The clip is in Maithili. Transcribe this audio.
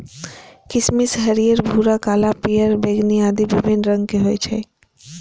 किशमिश हरियर, भूरा, काला, पीयर, बैंगनी आदि विभिन्न रंगक होइ छै